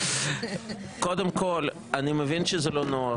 טען --- קודם כול, אני מבין שזה לא נוח.